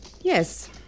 Yes